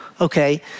okay